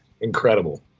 incredible